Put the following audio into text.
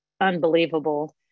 unbelievable